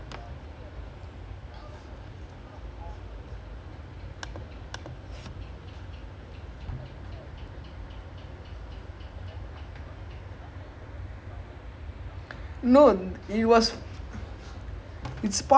ya wiyah right கேவலம் பண்ற:kevalam pandra you know how many times they check they like like it makes the game like uh I agree it makes the game boring because like the refree also not sure like last refree sometimes they sure sometimes they not sure this [one] wiyah everything they wiyah